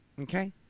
Okay